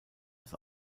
ins